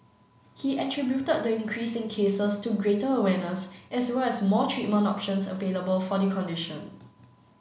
he attributed the increase in cases to greater awareness as well as more treatment options available for the condition